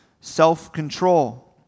self-control